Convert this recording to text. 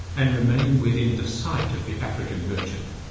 and remain within the sight of the african merchant,